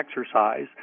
exercise